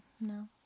no